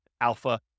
alpha